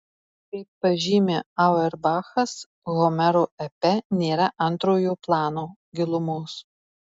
kaip pažymi auerbachas homero epe nėra antrojo plano gilumos